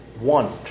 One